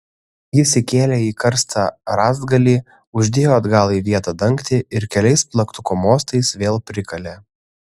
jis įkėlė į karstą rąstgalį uždėjo atgal į vietą dangtį ir keliais plaktuko mostais vėl prikalė